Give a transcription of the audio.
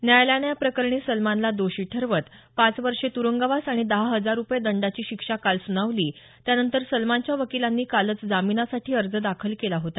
न्यायालयानं याप्रकरणी सलमानला दोषी ठरवत पाच वर्षे तुरुंगवास आणि दहा हजार रुपये दंडाची शिक्षा काल सुनावली त्यानंतर सलमानच्या वकिलांनी कालच जामीनसाठी अर्ज दाखल केला होता